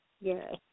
Yes